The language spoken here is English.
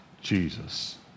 Jesus